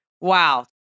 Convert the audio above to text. wow